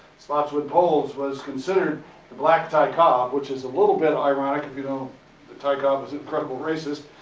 spottswood poles was considered the black ty cobb, which is a little bit ironic if you know the ty cobb is incredible racist.